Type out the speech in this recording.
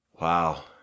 Wow